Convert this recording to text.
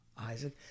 Isaac